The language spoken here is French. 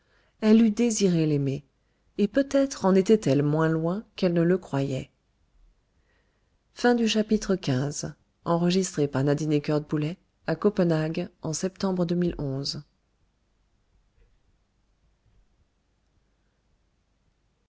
elle eût désiré l'aimer et peut-être en était-elle moins loin qu'elle ne le croyait